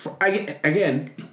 Again